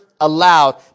allowed